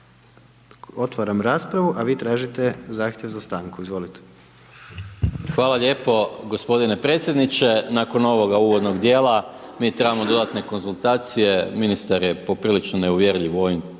otvaram raspravu, a vi tražite zahtjev za stanku, izvolite. **Maras, Gordan (SDP)** Hvala lijepo gospodine predsjedniče, nakon ovog uvodnog dijela, mi trebamo dodatne konzultacije, ministar je poprilično neuvjerljiv